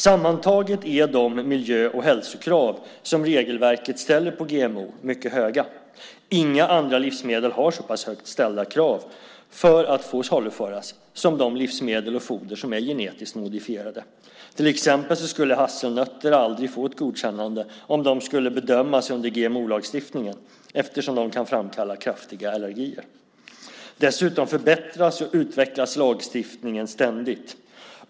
Sammantaget är de miljö och hälsokrav som regelverket ställer på GMO mycket höga. Inga andra livsmedel har så pass högt ställda krav för att få saluföras som de livsmedel och foder som är genetiskt modifierade. Till exempel skulle hasselnötter aldrig få ett godkännande om de skulle bedömas under GMO-lagstiftningen, eftersom de kan framkalla kraftiga allergier. Dessutom förbättras och utvecklas lagstiftningen ständigt.